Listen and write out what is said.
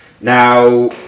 Now